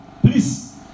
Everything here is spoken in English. Please